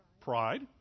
Pride